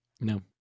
No